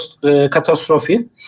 catastrophe